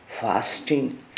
fasting